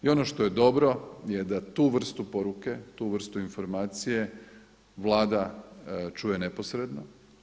I ono što je dobro je da tu vrstu poruke, tu vrstu informacije Vlada čuje neposredno.